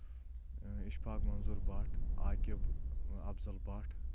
اِشفاق منظوٗر بٹ عاقب عبز بٹ